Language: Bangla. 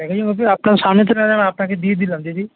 দেখেছেন মশাই আপনার সামনে তো ম্যাডাম আপনাকে দিয়ে দিলাম দিদি